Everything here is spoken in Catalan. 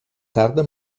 tarda